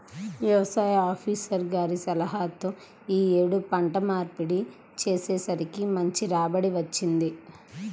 యవసాయ ఆపీసర్ గారి సలహాతో యీ యేడు పంట మార్పిడి చేసేసరికి మంచి రాబడి వచ్చింది